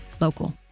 Local